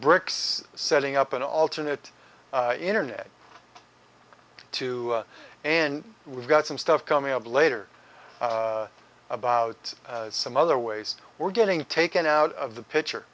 brics setting up an alternate internet too and we've got some stuff coming up later about some other ways we're getting taken out of the pitcher